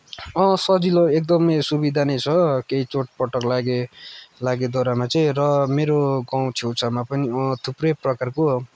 अँ सजिलो एकदमै सुविधा नै छ केही चोटपटक लागे लागेद्वारामा चाहिँ र मेरो गाउँ छेउछाउमा पनि अँ थुप्रै प्रकारको